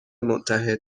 متحد